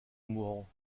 mourant